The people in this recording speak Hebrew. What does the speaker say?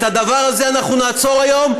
את הדבר הזה נעצור היום,